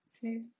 two